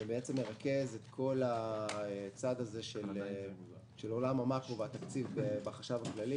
שמרכז את כל הצד הזה של עולם המקרו בתקציב בחשב הכללי